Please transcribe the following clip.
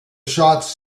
shots